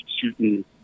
shooting